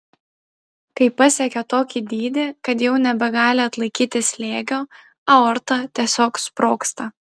kai pasiekia tokį dydį kad jau nebegali atlaikyti slėgio aorta tiesiog sprogsta